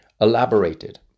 elaborated